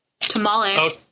Tamale